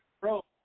Bro